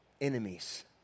enemies